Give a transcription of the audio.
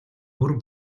бүр